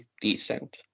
decent